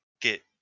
get